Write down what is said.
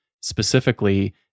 specifically